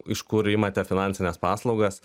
iš kur imate finansines paslaugas